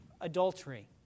adultery